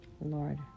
Lord